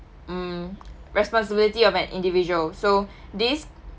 um responsibility of an individual so this